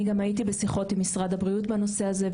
אני הייתי גם בשיחות עם משרד הבריאות בנושא הזה,